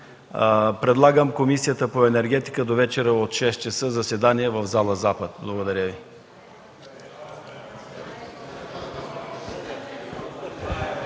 предлагам Комисията по енергетика довечера от 18,00 ч. да има заседание в зала „Запад“. Благодаря Ви.